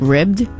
Ribbed